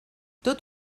tot